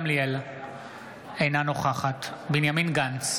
אינה נוכחת בנימין גנץ,